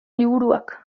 liburuak